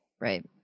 right